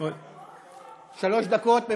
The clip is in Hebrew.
בוא, בוא, בוא, שלוש דקות.